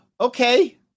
Okay